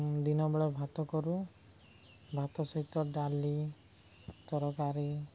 ଦିନବେଳେ ଭାତ କରୁ ଭାତ ସହିତ ଡାଲି ତରକାରୀ